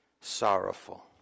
sorrowful